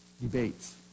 debates